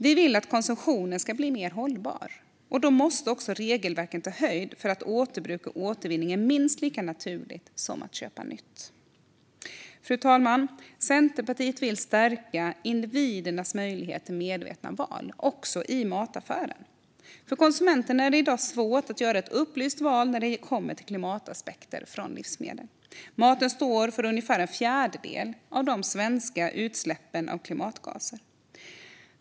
Vi vill att konsumtionen ska bli mer hållbar, och då måste också regelverken ta höjd för att återbruk och återvinning är minst lika naturligt som att köpa något nytt. Fru talman! Centerpartiet vill stärka individernas möjlighet till medvetna val också i mataffären. För konsumenten är det i dag svårt att göra ett upplyst val när det kommer till klimataspekter på livsmedel. Maten står för ungefär en fjärdedel av de svenska utsläppen av klimatgaser.